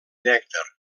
nèctar